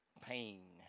Pain